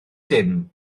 dim